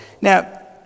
Now